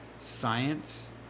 science